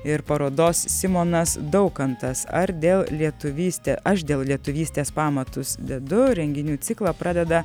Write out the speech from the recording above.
ir parodos simonas daukantas ar dėl lietuvystę aš dėl lietuvystės pamatus dedu renginių ciklą pradeda